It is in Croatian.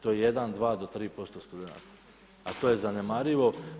To je 1, 2 do 3% studenata, a to je zanemarivo.